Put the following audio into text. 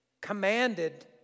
commanded